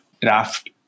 draft